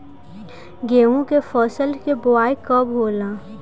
गेहूं के फसल के बोआई कब होला?